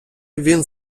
він